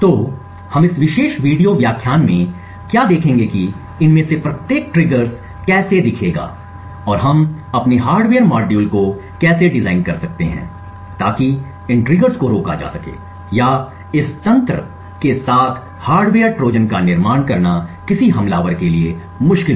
तो हम इस विशेष वीडियो व्याख्यान में क्या देखेंगे कि इनमें से प्रत्येक ट्रिगर्स कैसे दिखेगा और हम अपने हार्डवेयर मॉड्यूल को कैसे डिजाइन कर सकते हैं ताकि इन ट्रिगर्स को रोका जा सके या इस तंत्र के साथ हार्डवेयर ट्रोजन का निर्माण करना किसी हमलावर के लिए मुश्किल हो